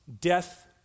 Death